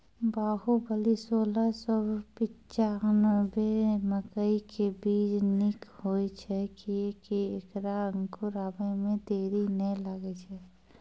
बाहुबली सोलह सौ पिच्छान्यबे मकई के बीज निक होई छै किये की ऐकरा अंकुर आबै मे देरी नैय लागै छै?